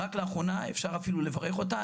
רק לאחרונה אפשר אפילו לברך אותה,